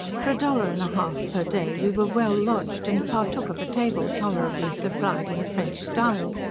for a dollar and a half per day we were well lodged, and partook of a table tolerably supplied in the french style.